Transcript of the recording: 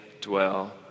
dwell